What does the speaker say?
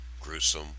gruesome